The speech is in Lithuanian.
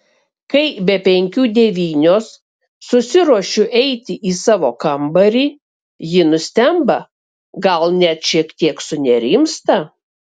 kai be penkių devynios susiruošiu eiti į savo kambarį ji nustemba gal net šiek tiek sunerimsta